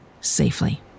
safely